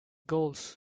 goals